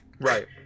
Right